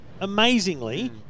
amazingly